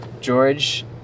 George